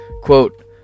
Quote